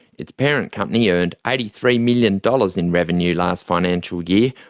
its parent company earned eighty three million dollars in revenue last financial year,